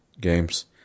games